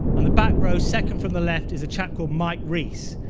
and the back row, second from the left, is a chap called mike reiss.